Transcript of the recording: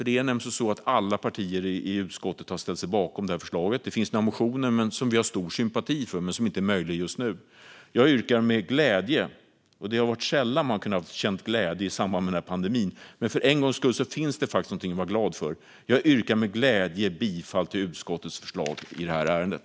Det är nämligen så att alla partier i utskottet har ställt sig bakom det här förslaget. Det finns några motioner som vi har stor sympati för men vars förslag inte är möjliga att genomföra just nu. Det har varit sällan som man har kunnat känna glädje i samband med den här pandemin, men för en gångs skull finns det faktiskt någonting att vara glad för. Jag yrkar med glädje bifall till utskottets förslag i det här ärendet.